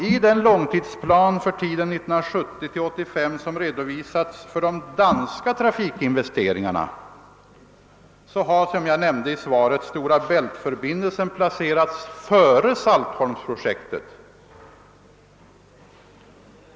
I den långtidsplan för tiden 1970 —1985 som redovisats för de danska trafikinvesteringarna har, som jag nämnde i svaret, Stora Bält-förbindelsen placerats före Saltholmprojektet.